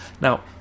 Now